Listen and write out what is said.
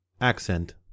Accent